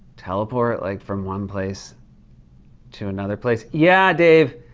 teleport like from one place to another place. yeah, dave,